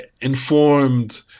informed